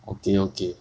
okay okay